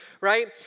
right